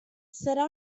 serà